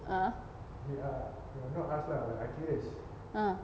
ah !huh!